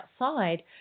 outside